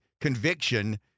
conviction